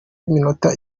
y’iminota